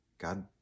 God